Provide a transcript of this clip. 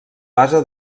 base